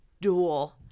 duel